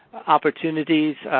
opportunities,